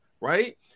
right